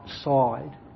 side